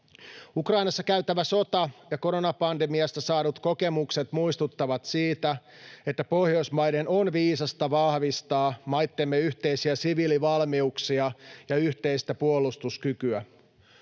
Ukrainassa käytävä sota ja koronapandemiasta saadut kokemukset muistuttavat siitä, että Pohjoismaiden on viisasta vahvistaa maittemme yhteisiä siviilivalmiuksia ja yhteistä puolustuskykyä.